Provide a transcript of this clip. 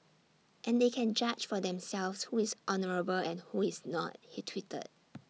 and they can judge for themselves who is honourable and who is not he tweeted